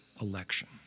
election